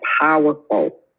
powerful